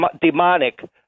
demonic